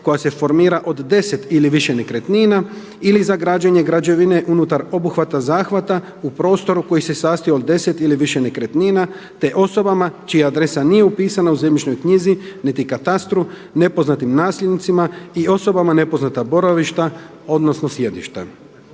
koja se formira od 10 ili više nekretnina ili za građenje građevine unutar obuhvata zahvata u prostoru koji se sastoji od 10 ili više nekretnina te osobama čija adresa nije upisana u zemljišnoj knjizi niti katastru nepoznatim nasljednicima i osobama nepoznata boravišta, odnosno sjedišta.